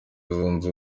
zunze